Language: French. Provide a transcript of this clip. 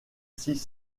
six